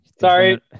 Sorry